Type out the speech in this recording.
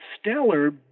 stellar